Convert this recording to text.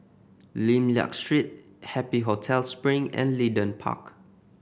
Lim Liak Street Happy Hotel Spring and Leedon Park